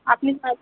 আপনি